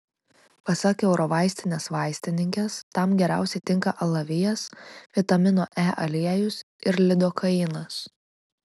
pasak eurovaistinės vaistininkės tam geriausiai tinka alavijas vitamino e aliejus ir lidokainas